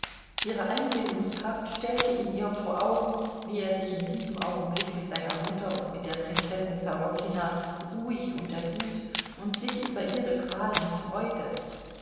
ihre einbildungskraft stellte ihn ihr vor augen wie er sich in diesem augenblick mit seiner mutter und mit der prinzessin sorokina ruhig unterhielt und sich über ihre qualen freute